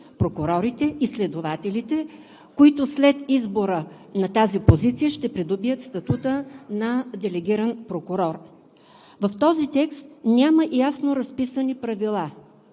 прокурорите и следователите, които след избора на тази позиция, ще придобият статута на делегиран прокурор. В този текст няма ясно разписани правила